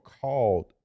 called